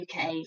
UK